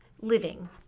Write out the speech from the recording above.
living